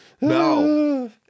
No